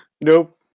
Nope